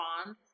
respond